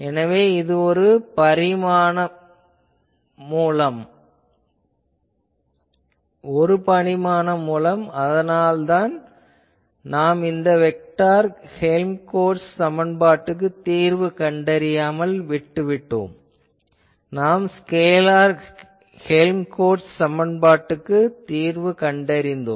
எனவே இது ஒரு பரிமாண மூலம் ஆதலால்தான் நாம் இந்த வெக்டார் ஹேல்ம்கோல்ட்ஸ் சமன்பாட்டுக்கு தீர்வு கண்டறியாமல் விட்டுவிட்டோம் நாம் ஸ்கேலார் ஹேல்ம்கோல்ட்ஸ் சமன்பாட்டுக்கு தீர்வு கண்டறிந்தோம்